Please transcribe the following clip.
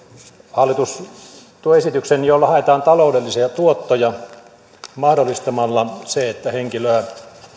hallitus tuo esityksen jolla haetaan taloudellisia tuottoja mahdollistamalla se että henkilöä